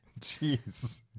jeez